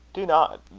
do not,